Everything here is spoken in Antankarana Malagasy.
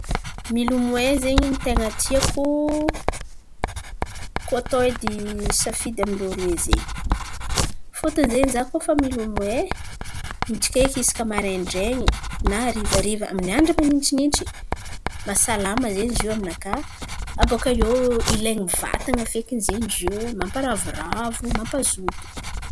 Milomoay zen̈y ny ten̈a tiako koa atao edy safidy amin-drô aroe zen̈y. Fôtony zen̈y za koa fa milomoay, intsaka eky isaka maraindrain̈y na harivariva amin'ny andra manintsinintsy, mahasalama zen̈y zio aminakà. Abôkaiô ilain̈y vatan̈a fekiny zen̈y zio mamparavoravo, mampazoto.